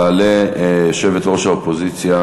תעלה יושבת-ראש האופוזיציה,